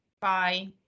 Bye